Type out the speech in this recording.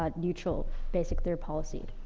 ah neutral basic third policy.